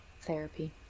therapy